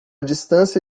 distância